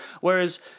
Whereas